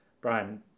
Brian